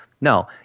No